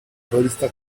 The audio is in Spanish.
revista